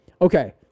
Okay